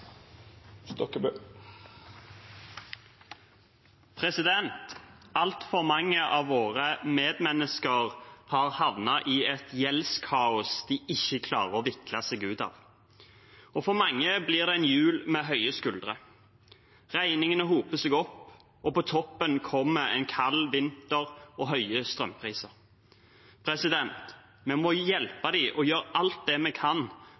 Altfor mange av våre medmennesker har havnet i et gjeldskaos de ikke klarer å vikle seg ut av. For mange blir det en jul med høye skuldre. Regningene hoper seg opp, og på toppen kommer en kald vinter og høye strømpriser. Vi må hjelpe dem og gjøre alt vi kan,